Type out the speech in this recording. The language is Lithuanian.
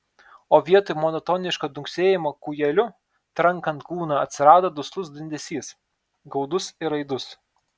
o vietoj monotoniško dunksėjimo kūjeliu trankant kūną atsirado duslus dundesys gaudus ir aidus